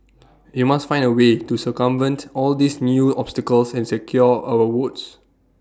we must find A way to circumvent all these new obstacles and secure our votes